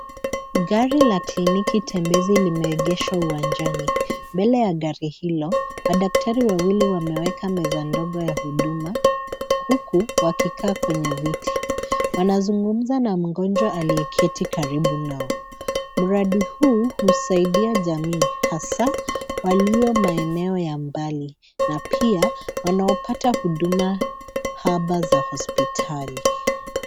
Gari la kliniki tembezi limeegeshwa uwanjani. Mbele ya gari hilo, madaktari wawili wameweka meza ndogo ya huduma huku wakikaa kwenye viti. Wanazungumza na mgonjwa aliyeketi karibu nao. Mradi huu husaidia jamii hasa walio maeneo ya mbali na pia wanaopata huduma haba za hospitali.